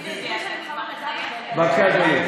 בבקשה, אדוני.